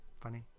funny